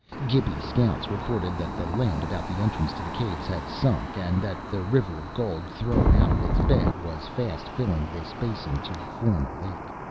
gibi scouts reported that the land about the entrance to the caves had sunk, and that the river of gold, thrown out of its bed, was fast filling this basin to form a lake.